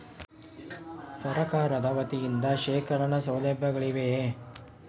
ಸರಕಾರದ ವತಿಯಿಂದ ಶೇಖರಣ ಸೌಲಭ್ಯಗಳಿವೆಯೇ?